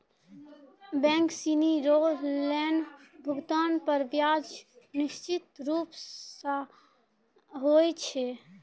bank सिनी रो loan भुगतान पर ब्याज निश्चित रूप स होय छै